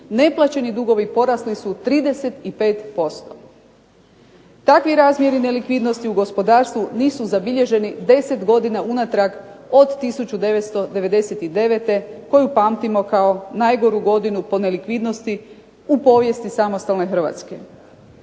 Neplaćeni dugovi porasli su 35%. Takvi razmjeri nelikvidnosti u gospodarstvu nisu zabilježeni 10 godina unatrag od 1999. koju pamtimo kao najgoru godinu po nelikvidnosti u povijesti samostalne Hrvatske.